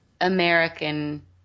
American